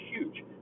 huge